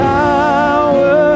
power